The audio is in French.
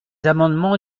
amendements